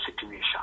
situation